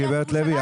הגב' לוי,